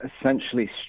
essentially